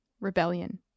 rebellion